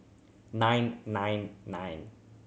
nine nine nine